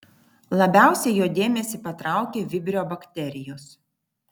labiausiai jo dėmesį patraukė vibrio bakterijos